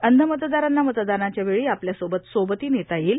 अंध मतदारांना मतदानाच्या वेळी आपल्या सोबत सोबती नेता येईल